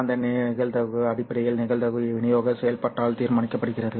அந்த நிகழ்தகவு அடிப்படையில் நிகழ்தகவு விநியோக செயல்பாட்டால் தீர்மானிக்கப்படுகிறது